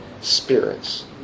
spirits